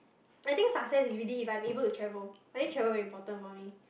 I think success is really if I'm able to travel I think travel very important for me